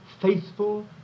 faithful